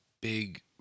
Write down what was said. big